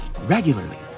regularly